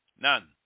none